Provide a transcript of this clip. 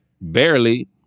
barely